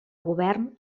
govern